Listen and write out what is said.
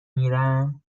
میرم